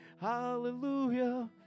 hallelujah